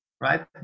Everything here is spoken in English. right